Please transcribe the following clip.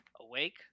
awake